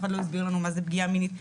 אף אחד לא הסביר לנו מה זה פגיעה מינית.